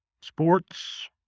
sports